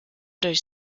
durch